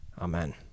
Amen